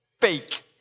fake